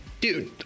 Dude